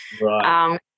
Right